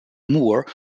moor